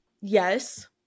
yes